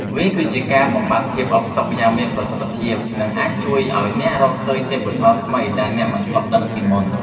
វាគឺជាការបំបាត់ភាពអផ្សុកយ៉ាងមានប្រសិទ្ធភាព និងអាចជួយឱ្យអ្នករកឃើញទេពកោសល្យថ្មីដែលអ្នកមិនធ្លាប់ដឹងពីមុន។